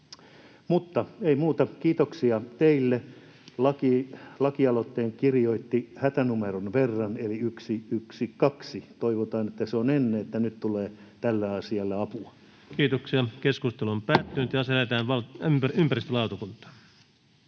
Mutta ei muuta. Kiitoksia teille. Lakialoitteen kirjoitti hätänumeron verran eli 112. Toivotaan, että se on enne, että nyt tulee tälle asialle apua. [Speech 153] Speaker: Ensimmäinen